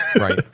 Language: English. right